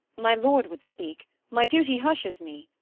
my lord would speak my duty hushes me.